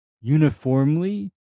uniformly